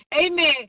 amen